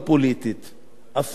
אפילו לא אזרחית.